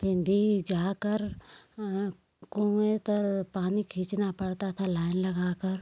फिर भी जाकर कुएँ तर पानी खींचना पड़ता था लाइन लगाकर